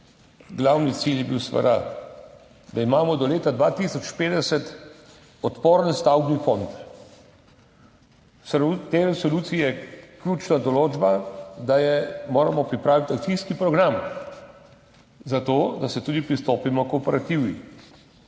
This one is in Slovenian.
Glavni cilj je bil, da imamo do leta 2050 odporen stavbni fond. V tej resoluciji je ključna določba, da moramo pripraviti akcijski program, zato da tudi pristopimo k operativi.